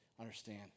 understand